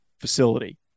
facility